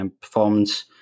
performance